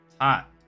hot